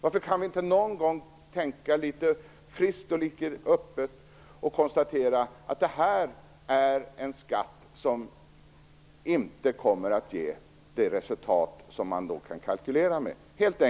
Varför kan vi inte någon gång tänka litet fritt och öppet och konstatera att det här är en skatt som inte kommer att ge det resultat som man kan kalkylera med?